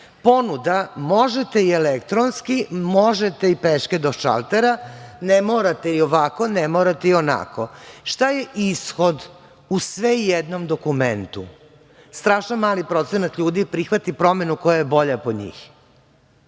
ponuda možete i elektronski, možete i peške do šaltera, ne morate i ovako, ne morate i onako. Šta je ishod? U sve i jednom dokumentu strašno mali procenat ljudi prihvati promenu koja je bolja po njih.